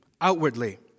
outwardly